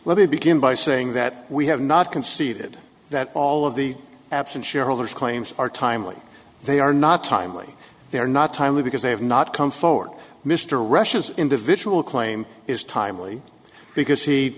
let me begin by saying that we have not conceded that all of the absent shareholders claims are timely they are not timely they are not timely because they have not come forward mr rush's individual claim is timely because he